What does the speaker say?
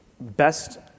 best